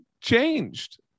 changed